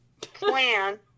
plan